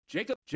Jacob